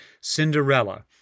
Cinderella